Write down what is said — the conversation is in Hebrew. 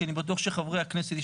כי אני בטוח שחברי הכנסת ישאלו,